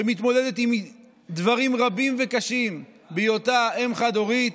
שמתמודדת עם דברים רבים וקשים בהיותה אם חד-הורית,